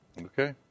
Okay